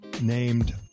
named